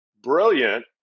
brilliant